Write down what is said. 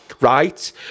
Right